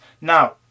Now